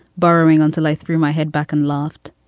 burrowing until i threw my head back and laughed.